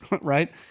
Right